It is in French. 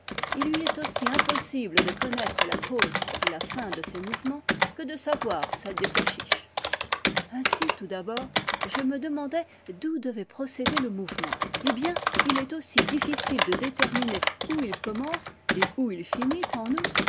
il lui est aussi impossible de connaître la cause et la fin de ses mouvements que de savoir celles des pois chiches ainsi tout d'abord je me demandai d'où devait procéder le mouvement eh bien il est aussi difficile de déterminer où il commence et où il finit en nous